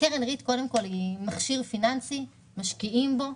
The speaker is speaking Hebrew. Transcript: קרן ריט היא מכשיר פיננסי שמשקיעים בו.